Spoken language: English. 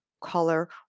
color